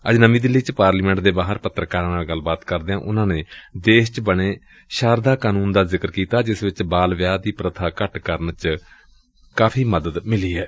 ਅੱਜ ਨਵੀਂ ਦਿੱਲੀ ਚ ਪਾਰਲੀਮੈਂਟ ਦੇ ਬਾਹਰ ਪੱਤਰਕਾਰਾਂ ਨਾਲ ਗੱਲਬਾਤ ਕਰਦਿਆਂ ਉਨੂਾਂ ਨੇ ਦੇਸ਼ ਚ ਬਣੇ ਸ਼ਾਰਕਾ ਕਾਨੁੰਨ ਦਾ ਜ਼ਿਕਰ ਕੀਤਾ ਜਿਸ ਨਾਲ ਬਾਲ ਵਿਆਹ ਦੀ ਪੁਬਾ ਘੱਟ ਕਰਨ ਚ ਮਦਦ ਮਿਲੀ ਏ